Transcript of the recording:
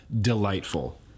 delightful